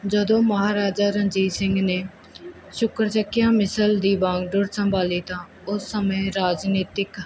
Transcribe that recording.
ਜਦੋਂ ਮਹਾਰਾਜਾ ਰਣਜੀਤ ਸਿੰਘ ਨੇ ਸ਼ੁਕਰ ਚੱਕੀਆ ਮਿਸਲ ਦੀ ਬਾਗਡੋਰ ਸੰਭਾਲੀ ਤਾਂ ਉਸ ਸਮੇਂ ਰਾਜਨੀਤਿਕ